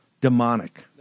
demonic